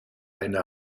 eine